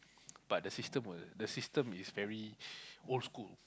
but the system will the system is very old school